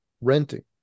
renting